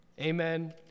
Amen